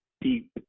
deep